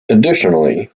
additionally